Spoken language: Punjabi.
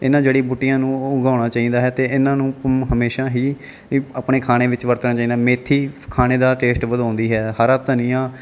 ਇਨ੍ਹਾਂ ਜੜੀ ਬੂਟੀਆਂ ਨੂੰ ਉਗਾਉਣਾ ਚਾਹੀਦਾ ਹੈ ਅਤੇ ਇਨ੍ਹਾਂ ਨੂੰ ਹਮੇਸ਼ਾ ਹੀ ਆਪਣੇ ਖਾਣੇ ਵਿੱਚ ਵਰਤਣਾ ਚਾਹੀਦਾ ਮੇਥੀ ਖਾਣੇ ਦਾ ਟੇਸਟ ਵਧਾਉਂਦੀ ਹੈ ਹਰਾ ਧਨੀਆ